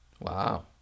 Wow